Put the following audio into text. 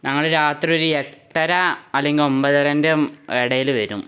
ഞങ്ങള് രാത്രി ഒരു എട്ടര അല്ലെങ്കില് ഒന്പതരേന്റെ ഇടയില് വരും